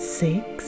six